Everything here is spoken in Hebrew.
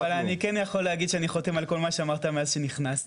אבל אני כן יכול לומר שאני חותם על כל מה שאמרת מאז שנכנסתי,